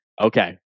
Okay